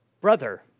Brother